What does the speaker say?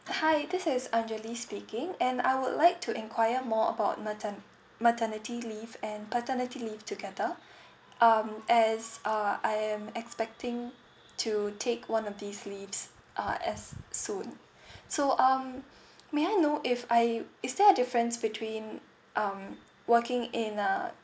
hi this is angelie speaking and I would like to inquire more about mater~ maternity leave and paternity leave together um as uh I am expecting to take one of these leave uh as soon so um may I know if I is there a difference between um working in uh